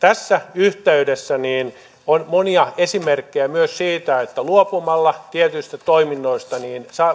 tässä yhteydessä on monia esimerkkejä myös siitä että luopumalla tietyistä toiminnoista